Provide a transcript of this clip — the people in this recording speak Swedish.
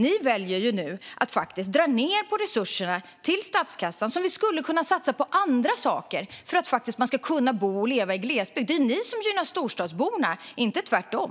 Ni väljer nu att dra ned på resurserna till statskassan. Dessa medel skulle vi kunna satsa på andra saker för att man ska kunna bo och leva i glesbygd. Det är ju ni som gynnar storstadsborna, inte tvärtom.